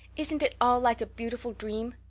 isn't it all like a beautiful dream?